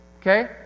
Okay